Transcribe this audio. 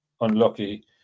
unlucky